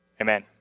amen